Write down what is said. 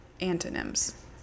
antonyms